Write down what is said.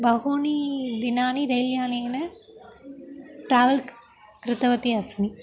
बहूनि दिनानि रैल्यानेन ट्रावेल् कृतवती अस्मि